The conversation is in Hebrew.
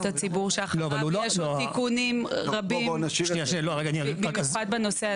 הציבור שלאחריו יש לו תיקונים רבים במיוחד בנושא הזה.